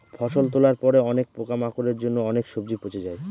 ফসল তোলার পরে অনেক পোকামাকড়ের জন্য অনেক সবজি পচে যায়